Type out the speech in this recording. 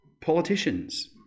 politicians